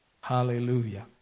Hallelujah